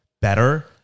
better